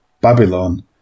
Babylon